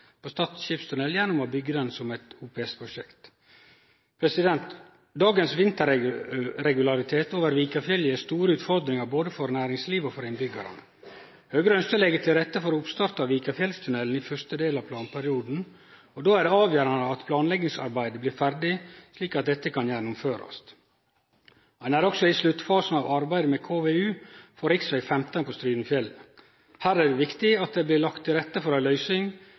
Stad skipstunnel gjennom å byggje den som eit OPS-prosjekt. Dagens vinterregularitet over Vikafjellet gjev store utfordringar både for næringsliv og innbyggjarane. Høgre ønskjer å leggje til rette for oppstart av Vikafjellstunnelen i første del av planperioden, og då er det avgjerande at planleggingsarbeidet blir ferdig, slik at dette kan gjennomførast. Ein er også i sluttfasen av arbeidet med KVU for rv. 15 på Strynefjellet. Her er det viktig at det blir lagt til rette for ei løysing